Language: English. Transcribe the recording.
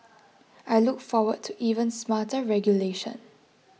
I look forward to even smarter regulation